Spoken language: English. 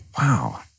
Wow